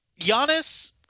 Giannis